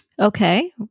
Okay